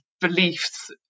beliefs